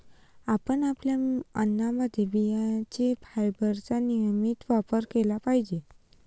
आपण आपल्या अन्नामध्ये बियांचे फायबरचा नियमित वापर केला पाहिजे